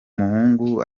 muhungu